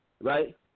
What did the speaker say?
right